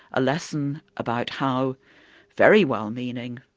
a lesson about how very well-meaning,